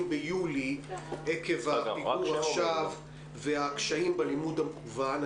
ביולי עקב הפיגור עכשיו והקשיים בלימוד המקוון,